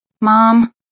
Mom